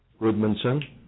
Rudmanson